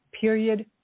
Period